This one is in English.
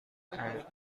and